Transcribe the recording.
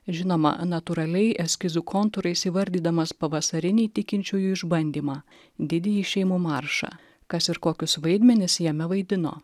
ir žinoma natūraliai eskizų kontūrais įvardydamas pavasarinį tikinčiųjų išbandymą didįjį šeimų maršą kas ir kokius vaidmenis jame vaidino